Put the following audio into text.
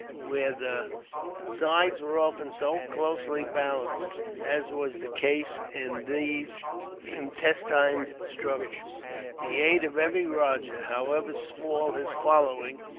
where the sides were often so closely balanced as was the case in these intestine struggles the aid of every rajah, however small his following,